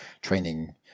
training